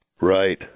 right